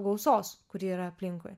gausos kuri yra aplinkui